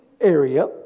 area